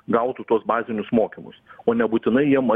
gautų tuos bazinius mokymus o nebūtinai jiem